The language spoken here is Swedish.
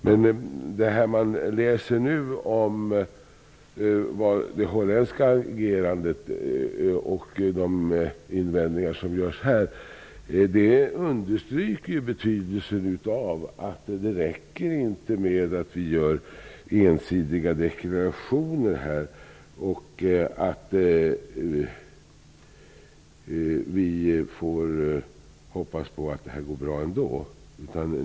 Det man nu läser om det holländska agerandet och de invändningar som görs understryker betydelsen av att det inte räcker med att vi gör ensidiga deklarationer och hoppas på att det går bra ändå.